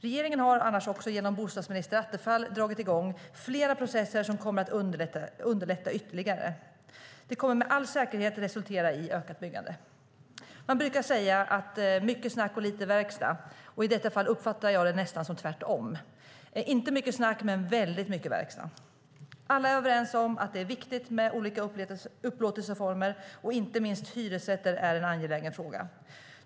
Regeringen har också genom bostadsminister Attefall dragit i gång flera processer som kommer att underlätta ytterligare. Det kommer med all säkerhet att resultera i ökat byggande. Man brukar säga att det är mycket snack och lite verkstad. I detta fall uppfattar jag det nästan som tvärtom. Det är inte mycket snack men väldigt mycket verkstad. Alla är överens om att det är viktigt med olika upplåtelseformer, och inte minst hyresrätter är en angelägen fråga.